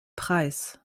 preis